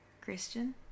Christian